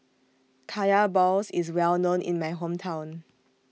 Kaya Balls IS Well known in My Hometown